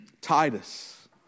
Titus